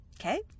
okay